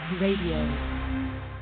Radio